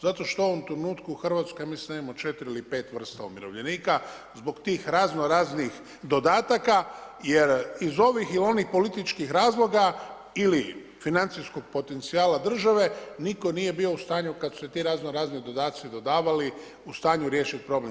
Zato što u ovom trenutku Hrvatska mislim da ima 4 ili 5 vrsta umirovljenika zbog tih razno-raznih dodataka jer iz ovih ili onih političkih razloga ili financijskog potencijala države nitko nije bio u stanju kada su se ti razno-razni dodaci dodavali u stanju riješiti problem.